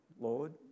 Lord